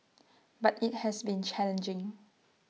but IT has been challenging